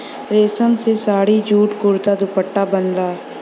रेशम से साड़ी, सूट, कुरता, दुपट्टा बनला